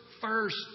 first